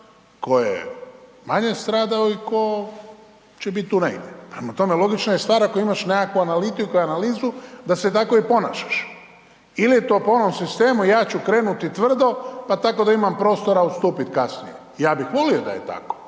tko je manje stradao i tko će biti tu negdje. Prema tome, logična je stvar ako imaš nekakvu analitiku i analizu da se tako i ponašaš. Ili je to po onom sistemu ja ću krenuti tvrdo pa tako da imam prostora odstupiti kasnije. Ja bih volio da je tako